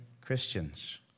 Christians